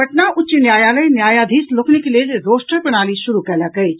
पटना उच्च न्यायालय न्यायाधीश लोकनिक लेल रोस्टर प्रणाली शुरू कयलक अछि